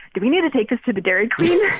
do we need to take this to the dairy queen?